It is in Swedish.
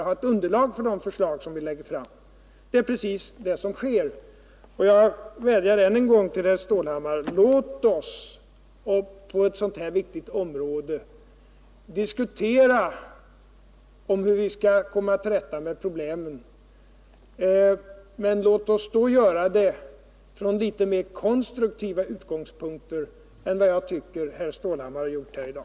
Det är ett sådant underlag som vi nu försöker få. Jag vädjar än en gång till herr Stålhammar: Låt oss på det här viktiga området diskutera hur vi skall komma till rätta med problemen, men låt oss då göra det från något mera konstruktiva utgångspunkter än vad herr Stålhammar har gjort här i dag.